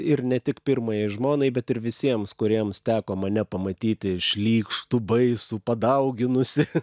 ir ne tik pirmajai žmonai bet ir visiems kuriems teko mane pamatyti šlykštų baisų padauginusį